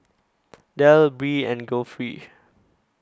Del Bree and Geoffrey